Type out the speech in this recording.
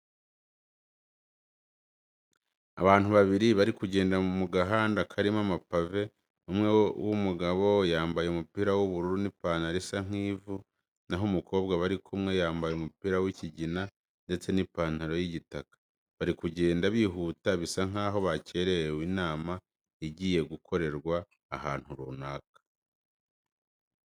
Abantu babiri bari kugenda mu gahanda karimo amapave, umwe w'umugabo yambaye umupira w'ubururu n'ipantaro isa nk'ivu, naho umukobwa bari kumwe yambaye umupira w'ikigina ndetse n'ipantaro y'igitaka. Bari kugenda bihuta bisa nkaho bakerewe inama igiye gukorerwa ahantu runaka.